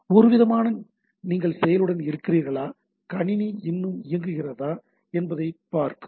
ஒருவிதமான நீங்கள் செயலுடன் இருக்கிறீர்களா கணினி இன்னும் இயங்குகிறதா என்பதைப் பார்க்கும்